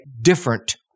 different